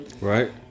Right